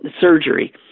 surgery